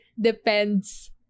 depends